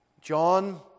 John